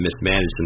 mismanaged